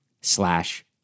slash